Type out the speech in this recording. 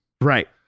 Right